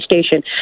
station